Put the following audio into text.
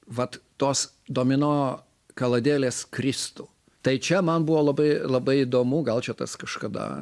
vat tos domino kaladėlės kristų tai čia man buvo labai labai įdomu gal čia tas kažkada